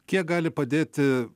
kiek gali padėti